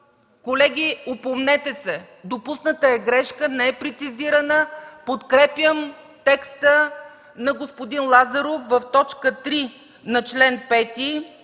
Колеги, опомнете се! Допусната е грешка, текстът не е прецизиран. Подкрепям текста на господин Лазаров – в т. 3 на чл. 5,